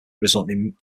resulting